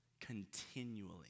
Continually